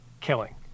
Killing